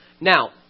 Now